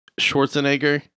Schwarzenegger